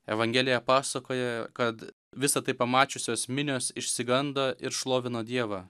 evangelija pasakoja kad visa tai pamačiusios minios išsigando ir šlovino dievą